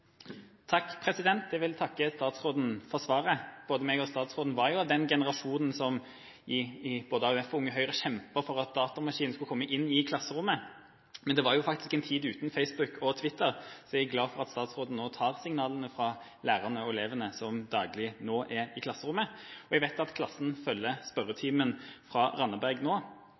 svaret. Både jeg og statsråden er av den generasjonen som, i både AUF og Unge Høyre, kjempet for at datamaskinen skulle komme inn i klasserommet. Men det var jo i en tid uten Facebook og Twitter, så jeg er glad for at statsråden nå tar signalene fra lærerne og elevene som daglig er i klasserommet. Jeg vet at klassen følger spørretimen fra Randaberg nå,